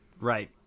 Right